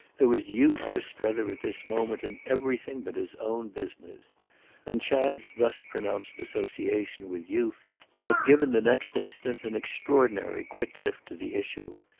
there was youth for strether at this moment in everything but his own business and chad's thus pronounced association with youth had given the next instant an extraordinary quick lift to the issue.